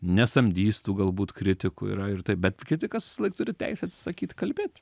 nesamdys tų galbūt kritikų yra ir taip bet kritikas visąlaik turi teisę atsisakyt kalbėt